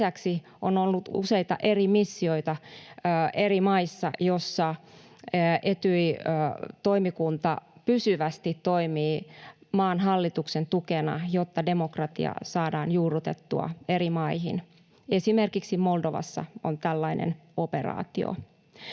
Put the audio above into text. lisäksi on ollut useita eri missioita eri maissa, joissa Etyj-toimikunta pysyvästi toimii maan hallituksen tukena, jotta demokratia saadaan juurrutettua eri maihin. Esimerkiksi Moldovassa on tällainen operaatio.